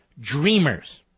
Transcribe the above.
dreamers